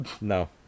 No